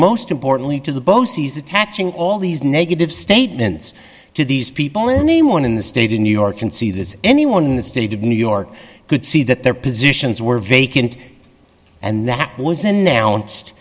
most importantly to the bow sees attaching all these negative statements to these people in any one in the state of new york can see this anyone in the state of new york could see that their positions were vacant and that was anno